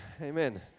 Amen